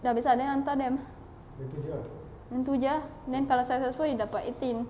dah habis ah hantar them then tu jer ah then kalau successful you dapat eighteen